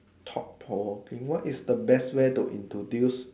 thought provoking what is the best way to introduce